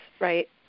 right